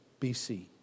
BC